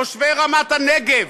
תושבי רמת הנגב,